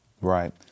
Right